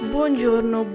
Buongiorno